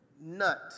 nut